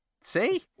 See